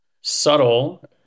subtle